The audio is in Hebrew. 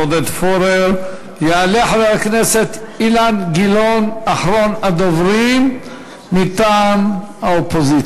ב-10 בדצמבר, בכביש כפר-לובאן בית-אריה, פיגוע